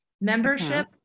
membership